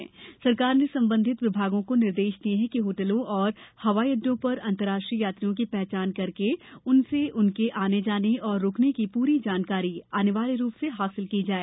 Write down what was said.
राज्य सरकार ने संबंधित विभागों को निर्देश दिए हैं कि होटलों और हवाईअड्डो पर अंतर्राष्ट्रीय यात्रियों की पहचान करके उनसे उनके आने जाने और रुकने की पूरी जानकारी अनिवार्य रूप से हासिल की जाए